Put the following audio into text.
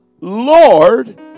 Lord